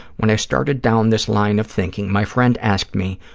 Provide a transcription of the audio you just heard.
when i started down this line of thinking, my friend asked me,